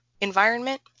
environment